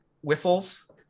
whistles